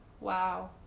wow